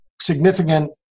significant –